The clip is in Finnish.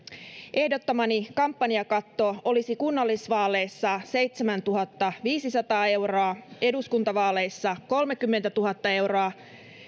ehdottamani kampanjakatto olisi kunnallisvaaleissa seitsemäntuhattaviisisataa euroa eduskuntavaaleissa kolmekymmentätuhatta euroa